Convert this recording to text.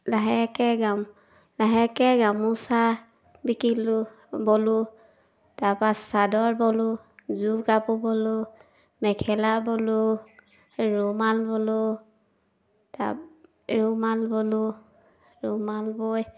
লাহেকৈ লাহেকৈ গামোচা বিকিলোঁ ব'লোঁ তাৰপৰা চাদৰ ব'লোঁ যোৰ কাপোৰ ব'লোঁ মেখেলা ব'লোঁ ৰুমাল ব'লোঁ তাৰপৰা ৰুমাল ব'লোঁ ৰুমাল বৈ